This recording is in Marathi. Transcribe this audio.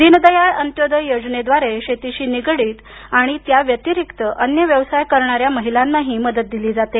दिनदयाळ अंत्योदय योजनेद्वारे शेतीशी निगडीत आणि त्याव्यतिरिक्त अन्य व्यवसाय करणाऱ्या महिलांनाही मदत दिली जाते